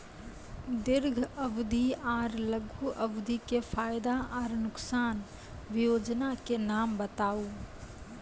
दीर्घ अवधि आर लघु अवधि के फायदा आर नुकसान? वयोजना के नाम बताऊ?